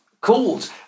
called